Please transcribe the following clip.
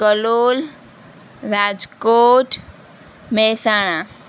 Kalol Rajkot Mehsana